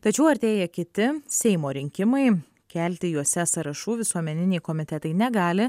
tačiau artėja kiti seimo rinkimai kelti juose sąrašų visuomeniniai komitetai negali